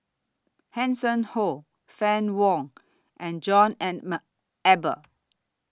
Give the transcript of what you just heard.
Hanson Ho Fann Wong and John Eber